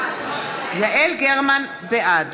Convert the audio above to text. בעד